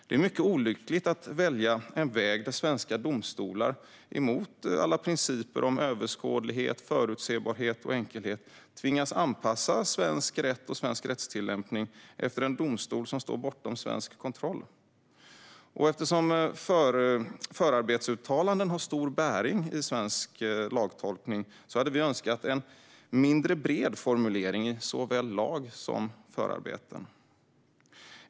Det är mycket olyckligt att välja en väg där svenska domstolar mot alla principer om överskådlighet, förutsebarhet och enkelhet tvingas anpassa svensk rätt och svensk rättstilllämpning efter en domstol som står bortom svensk kontroll. Eftersom förarbetsuttalanden har stor bäring på svensk lagtolkning hade vi önskat en mindre bred formulering i såväl lag som förarbeten.